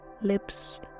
lips